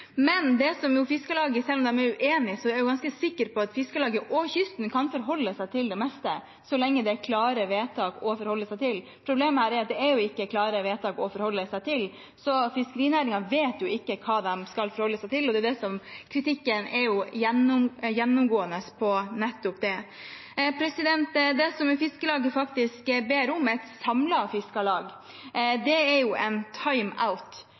er jeg ganske sikker på at Fiskarlaget og kysten kan forholde seg til det meste så lenge det er klare vedtak å forholde seg til. Problemet her er at det ikke er klare vedtak å forholde seg til – fiskerinæringen vet jo ikke hva de skal forholde seg til. Kritikken er gjennomgående på nettopp det. Det som Fiskarlaget faktisk ber om, er et samlet fiskarlag. Det er en timeout, en fot i bakken, som fiskeriministeren sikkert vet at